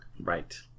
Right